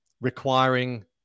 requiring